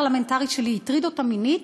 שלי הטריד אותה מינית,